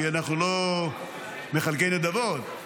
כי אנחנו לא מחלקי נדבות,